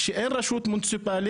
שאין להם רשות מוניציפלית,